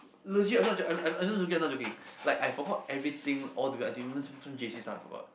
legit I'm not joking I'm I'm I'm not joking I forgot everything all the way until some some j_c stuff I forgot